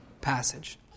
passage